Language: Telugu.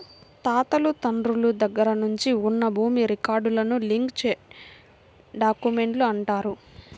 తాతలు తండ్రుల దగ్గర నుంచి ఉన్న భూమి రికార్డులను లింక్ డాక్యుమెంట్లు అంటారు